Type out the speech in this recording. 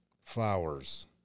flowers